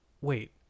wait